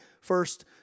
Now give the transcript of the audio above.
first